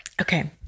Okay